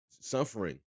suffering